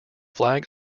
flag